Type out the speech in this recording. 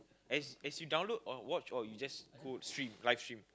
as as you download or watch or you just go stream live stream